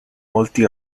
molti